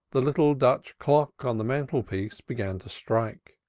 the little dutch clock on the mantelpiece began to strike.